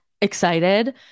excited